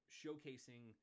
showcasing